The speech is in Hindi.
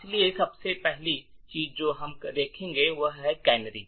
इसलिए सबसे पहली चीज जो हम देखेंगे वह है कैनरी